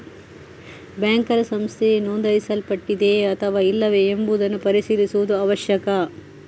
banker ಸಂಸ್ಥೆಯು ನೋಂದಾಯಿಸಲ್ಪಟ್ಟಿದೆಯೇ ಅಥವಾ ಇಲ್ಲವೇ ಎಂಬುದನ್ನು ಪರಿಶೀಲಿಸುವುದು ಅವಶ್ಯಕ